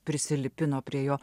prisilipino prie jo